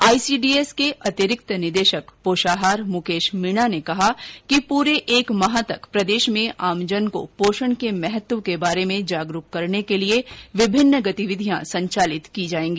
ICDS के अतिरिक्त निदेशक पोषाहार मुकेश मीणा ने बताया कि पूरे एक माह तक प्रदेश में आमजन को पोषण के महत्व के बारे में जागरूक करने के लिये विभिन्न गतिविधियां संचालित की जायेंगी